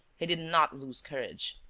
he did not lose courage.